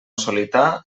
solità